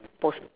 post